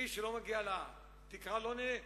מי שלא מגיע לתקרה לא נהנה.